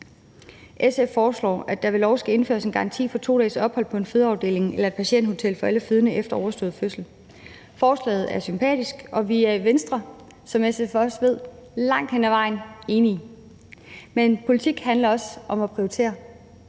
SF foreslår, at der ved lov skal indføres en garanti for 2 dages ophold på en fødeafdeling eller et patienthotel for alle fødende efter overstået fødsel. Forslaget er sympatisk, og vi er i Venstre, som SF også ved, langt hen ad vejen enige. Men politik handler også om at prioritere.